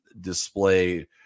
display